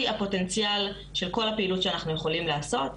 הפוטנציאל של כל הפעילות שאנחנו יכולים לעשות,